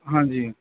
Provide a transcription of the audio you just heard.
हाँ जी